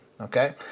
okay